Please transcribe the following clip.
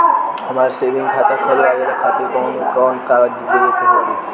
हमार सेविंग खाता खोलवावे खातिर कौन कौन कागज देवे के पड़ी?